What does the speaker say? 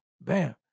Bam